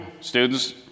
students